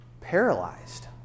Paralyzed